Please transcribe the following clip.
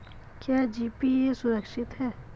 क्या जी.पी.ए सुरक्षित है?